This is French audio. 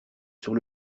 sur